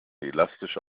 elastische